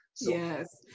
yes